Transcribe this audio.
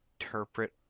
interpret